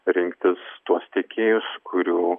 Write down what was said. rinktis tuos tiekėjus kurių